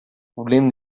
problem